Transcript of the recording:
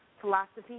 philosophy